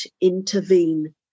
intervene